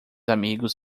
amigos